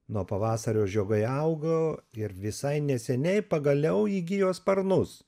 nuo pavasario žiogai auga ir visai neseniai pagaliau įgijo sparnus